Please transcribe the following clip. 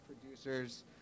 producers